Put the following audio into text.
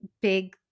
big